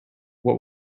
what